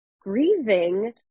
grieving